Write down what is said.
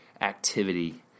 activity